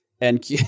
and-